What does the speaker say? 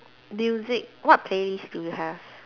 music what taste do you have